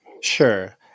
sure